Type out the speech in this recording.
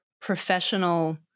professional